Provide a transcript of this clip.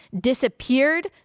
disappeared